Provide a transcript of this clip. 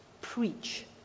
preach